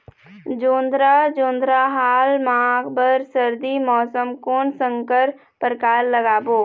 जोंधरा जोन्धरा हाल मा बर सर्दी मौसम कोन संकर परकार लगाबो?